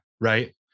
right